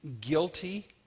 guilty